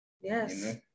yes